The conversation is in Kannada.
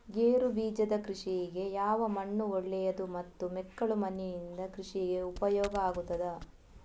ಗೇರುಬೀಜದ ಕೃಷಿಗೆ ಯಾವ ಮಣ್ಣು ಒಳ್ಳೆಯದು ಮತ್ತು ಮೆಕ್ಕಲು ಮಣ್ಣಿನಿಂದ ಕೃಷಿಗೆ ಉಪಯೋಗ ಆಗುತ್ತದಾ?